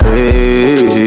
Hey